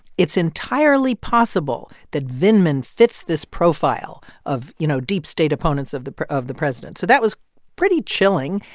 it's entirely possible that vindman fits this profile of, you know, deep state opponents of the of the president. so that was pretty chilling.